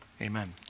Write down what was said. Amen